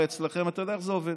הרי אצלכם, אתה יודע איך זה עובד: